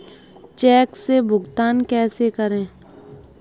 Check से भुगतान कैसे करें?